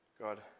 God